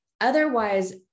Otherwise